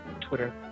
Twitter